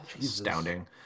astounding